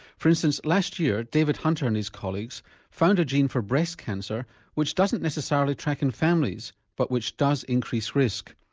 for instance last year, david hunter and his colleagues found a gene for breast cancer which doesn't necessarily track in families but which does increase risk.